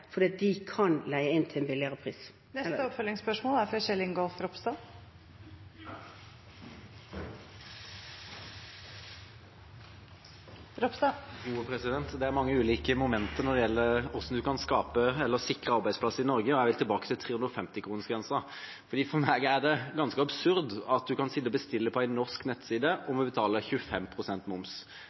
fordi man kan leie inn til en lavere pris. Kjell Ingolf Ropstad – til oppfølgingsspørsmål. Det er mange ulike momenter når det gjelder hvordan man kan skape eller sikre arbeidsplasser i Norge, og jeg vil tilbake til 350-kronersgrensa. For meg er det ganske absurd at man kan bestille på en norsk nettside og må betale 25 pst. moms,